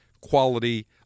quality